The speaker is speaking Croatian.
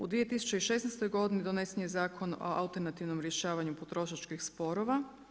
U 2016. godini donesen je Zakon o alternativnom rješavanju potrošačkih sporova.